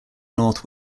north